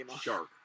Shark